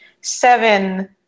seven